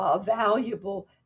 valuable